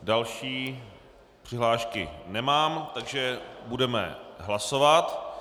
Další přihlášky nemám, takže budeme hlasovat.